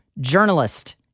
journalist